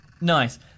Nice